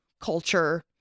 culture